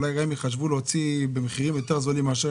אולי גם חשבו להוציא המחירים יותר זולים מאשר